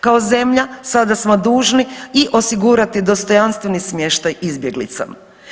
Kao zemlja sada smo dužni i osigurati dostojanstveni smještaj izbjeglicama.